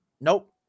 Nope